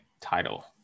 title